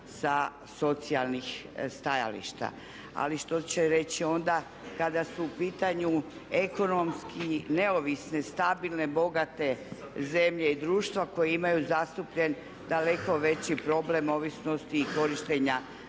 sa socijalnih stajališta. Ali što će reći onda kada su u pitanju neovisne, stabilne, bogate zemlje i društva koje imaju zastupljen daleko veći problem ovisnosti korištenja